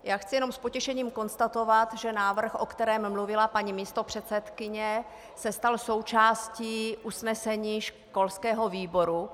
Já chci jenom s potěšením konstatovat, že návrh, o kterém mluvila paní místopředsedkyně, se stal součástí usnesení školského výboru.